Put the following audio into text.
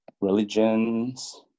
religions